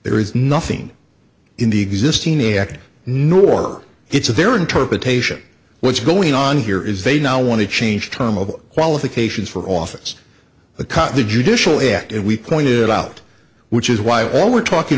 there is nothing in the existing the act nor it's their interpretation what's going on here is they now want to change term of qualifications for office the cot the judicial act and we point it out which is why all we're talking